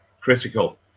critical